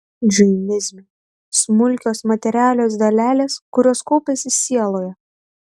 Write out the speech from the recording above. džainizme smulkios materialios dalelės kurios kaupiasi sieloje